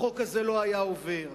החוק הזה לא היה עובר.